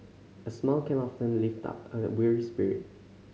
a smile can often lift up a weary spirit